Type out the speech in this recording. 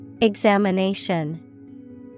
Examination